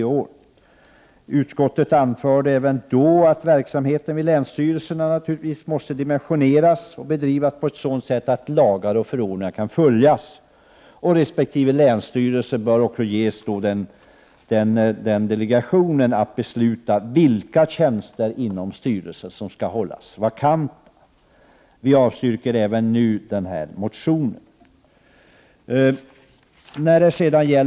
Utskottet anförde även då att verksamheten vid länsstyrelserna naturligtvis måste dimensioneras och bedrivas på ett sådant sätt att lagar och förordningar kan följas. Det bör delegeras till resp. länsstyrelse att besluta vilka tjänster inom styrelsen som skall hållas vakanta. Vi avstyrker även nu denna motion.